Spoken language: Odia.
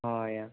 ହଁ ଆଜ୍ଞା